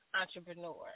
entrepreneur